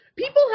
People